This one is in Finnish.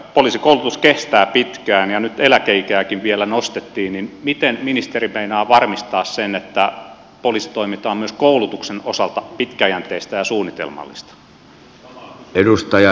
poliisikoulutus kestää pitkään ja nyt eläkeikääkin vielä nostettiin joten miten ministeri meinaa varmistaa sen että poliisitoiminta on myös koulutuksen osalta pitkäjänteistä ja suunnitelmallista